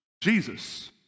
Jesus